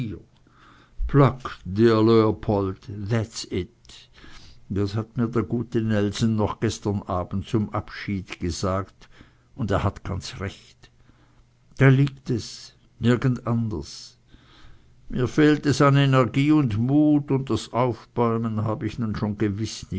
das hat mir der gute nelson noch gestern abend zum abschied gesagt und er hat ganz recht da liegt es nirgend anders mir fehlt es an energie und mut und das aufbäumen hab ich nun schon gewiß